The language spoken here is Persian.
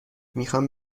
میخوان